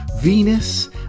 Venus